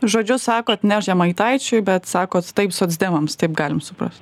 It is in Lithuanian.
žodžiu sakot ne žemaitaičiui bet sakot taip socdemams taip galim suprast